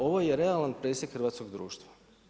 Ovo je realan presjek hrvatskoga društva.